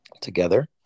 together